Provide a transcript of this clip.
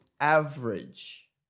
average